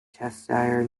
cheshire